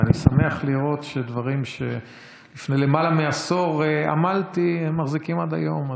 ואני שמח לראות שדברים שעמלתי בעבורם לפני למעלה מעשור מחזיקים עד היום.